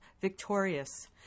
Victorious